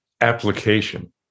application